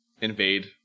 invade